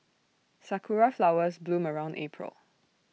Sakura Flowers bloom around April